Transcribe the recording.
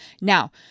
Now